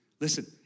Listen